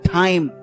time